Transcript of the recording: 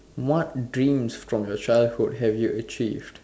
what dreams from your childhood have you achieved